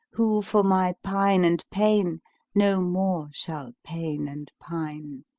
who for my pine and pain no more shall pain and pine